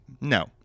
No